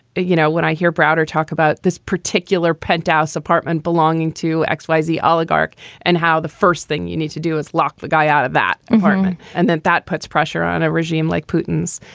you know, when i hear browder talk about this particular penthouse apartment belonging to exercise the oligarch and how the first thing you need to do is lock the guy out of that apartment, and then that puts pressure on a regime like putin's.